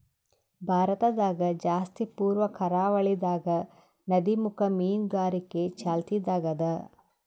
ಭಾರತದಾಗ್ ಜಾಸ್ತಿ ಪೂರ್ವ ಕರಾವಳಿದಾಗ್ ನದಿಮುಖ ಮೀನುಗಾರಿಕೆ ಚಾಲ್ತಿದಾಗ್ ಅದಾ